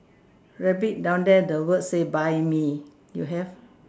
very big down there the word says buy me you have